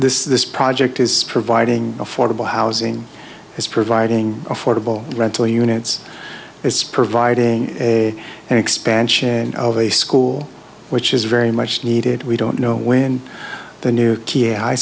this is this project is providing affordable housing is providing affordable rental units it's providing a and expansion of a school which is very much needed we don't know when the new